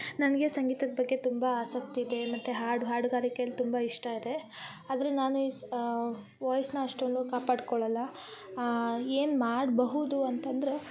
ನನಗೆ ಸಂಗೀತದ ಬಗ್ಗೆ ತುಂಬಾ ಆಸಕ್ತಿ ಇದೆ ಮತ್ತು ಹಾಡು ಹಾಡುಗಾರಿಕೆಯಲ್ಲಿ ತುಂಬಾ ಇಷ್ಟ ಇದೆ ಆದರೆ ನಾನು ಈಸ್ ವಾಯ್ಸ್ನ ಅಷ್ಟೊಂದು ಕಾಪಾಡ್ಕೊಳಲ್ಲ ಏನು ಮಾಡ್ಬಹುದು ಅಂತಂದರೆ